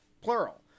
plural